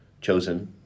chosen